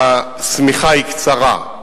השמיכה היא קצרה.